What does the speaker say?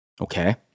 okay